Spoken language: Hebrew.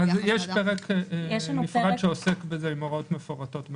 יש פרק שעוסק בזה, עם הוראות מפורטות,